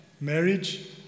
marriage